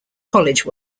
college